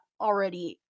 already